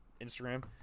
instagram